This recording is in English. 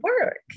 work